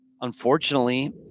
Unfortunately